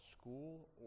school